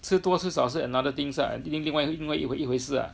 吃多吃少是 another things lah 另另外另外一回事啦